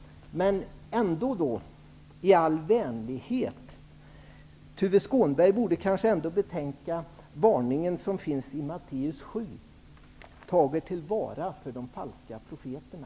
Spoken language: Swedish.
Jag vill ändå i all vänlighet be Tuve Skånberg betänka varningen i Matteus 7: Tag er till vara för de falska profeterna!